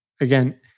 again